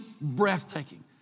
breathtaking